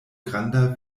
granda